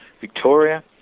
Victoria